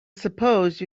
suppose